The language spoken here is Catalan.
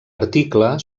article